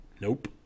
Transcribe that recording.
Nope